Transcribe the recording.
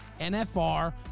NFR